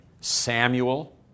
Samuel